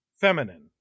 feminine